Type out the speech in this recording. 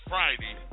Friday